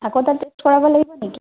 আকৌ তাতে কৰাব লাগিব নেকি